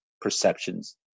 perceptions